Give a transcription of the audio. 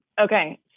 Okay